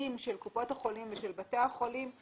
מועדים של קופות החולים ושל בתי החולים,